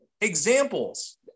examples